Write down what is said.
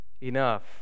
enough